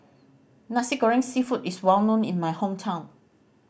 Nasi Goreng Seafood is well known in my hometown